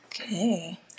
Okay